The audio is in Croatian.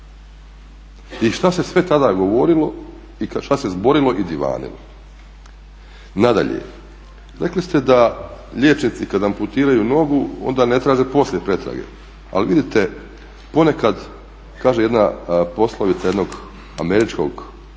i šta se sve tada govorilo i šta se zborilo i divanilo. Nadalje, rekli ste da kada liječnici amputiraju nogu onda ne traže poslije pretrage, ali vidite ponekad kaže jedna poslovica jednog američkog